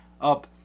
up